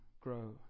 grow